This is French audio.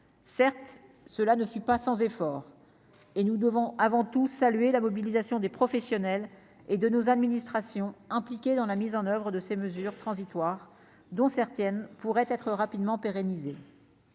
certes cela ne fut pas sans effort et nous devons avant tout saluer la mobilisation des professionnels et de nos administrations impliquées dans la mise en oeuvre de ces mesures transitoires dont certaines pourraient être rapidement pérenniser